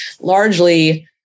largely